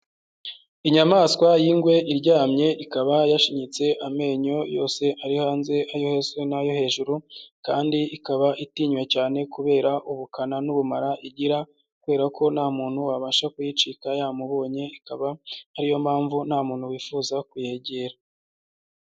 Inyamaswa y'ingwe iryamye, ikaba yashinyitse amenyo yose ari hanze, ayo hasi n'ayo hejuru kandi ikaba itinywa cyane kubera ubukana n'ubumara igira kubera ko nta muntu wabasha kuyicika yamubonye, ikaba ariyo mpamvu nta muntu wifuza kuyegera.